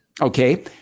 Okay